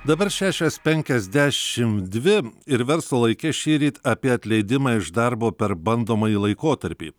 dabar šešios penkiasdešimt dvi ir verslo laike šįryt apie atleidimą iš darbo per bandomąjį laikotarpį